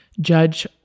Judge